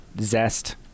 Zest